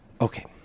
okay